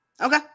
Okay